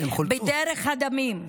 בדרך הדמים.